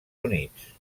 units